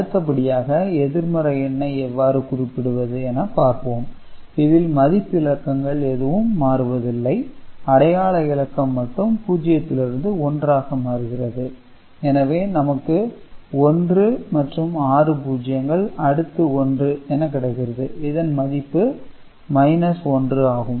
அடுத்தபடியாக எதிர்மறை எண்ணை எவ்வாறு குறிப்பிடுவது என பார்ப்போம் இதில் மதிப்பு இலக்கங்கள் எதுவும் மாறுவதில்லை அடையாள இலக்கம் மட்டும் பூஜ்ஜியத்திலிருந்து ஒன்றாக மாறுகிறது எனவே நமக்கு 1 மற்றும் ஆறு பூஜ்யங்கள் அடுத்து 1 என கிடைக்கிறது இதன் மதிப்பு 1 ஆகும்